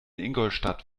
ingolstadt